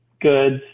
goods